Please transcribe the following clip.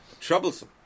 troublesome